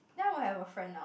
now I have a friend now